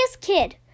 kid